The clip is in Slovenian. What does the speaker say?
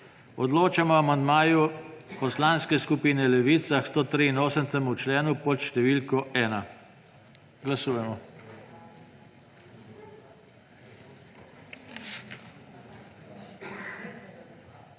Odločamo o amandmaju Poslanske skupine Levica k 183. členu pod številko 2. Glasujemo.